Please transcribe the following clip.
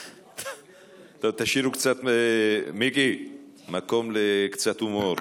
תשאירו קצת, מיקי, מקום לקצת הומור